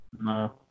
No